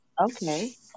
Okay